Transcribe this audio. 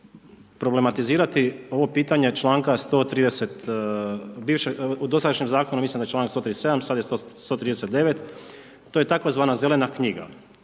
problematizirati ovo pitanje čl. u dosadašnjem zakonu mislim da je čl. 137. sada je 139. to je tzv. zelena knjiga